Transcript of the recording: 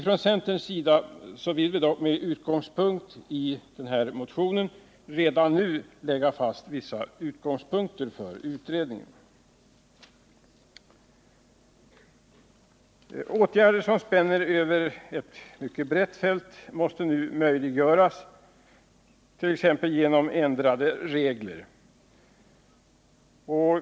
Från centerns sida vill vi dock med utgångspunkt i motionen redan nu lägga fast vissa förutsättningar för utredningen. Åtgärder som spänner över ett mycket brett fält måste nu möjliggöras, t.ex. genom ändrade regler.